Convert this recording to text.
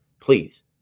please